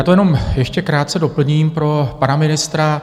Já to jenom ještě krátce doplním pro pana ministra.